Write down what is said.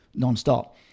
nonstop